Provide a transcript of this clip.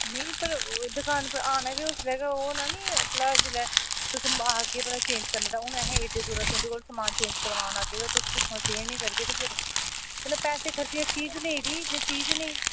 नेईं भला दकान पर आना गै उसलै गै ओह् होना नी भला जेल्लै तुस अग्गें चेंज करने दी हून अहें एड्डी दूरा तुंदे कोल समान चेंज करवान आह्गे ते तुस पिच्छुआं तुस चेंज नी करगे ते फेर कन्नै पैसे खर्चियै चीज़ लेदी जे चीज़ नेईं